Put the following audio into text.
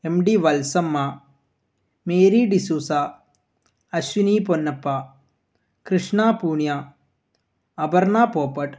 M D Valsamma Mary D'Souza Ashwini Ponnappa Krishna Poonia Aparna Popat